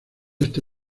este